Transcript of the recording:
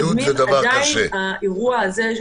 עדיין האירוע הזה,